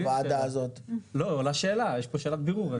עולה שאלת בירור.